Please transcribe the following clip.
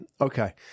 okay